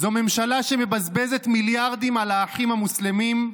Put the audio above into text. זו ממשלה שמבזבזת מיליארדים על האחים המוסלמים,